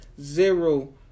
zero